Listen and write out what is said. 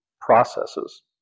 processes